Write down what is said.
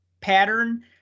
pattern